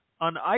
on